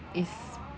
is